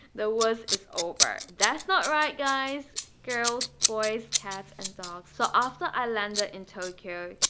there was is over that's not right guys, girls, boys, cats, and dogs. so after i landed in tokyo,